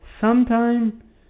sometime